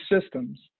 systems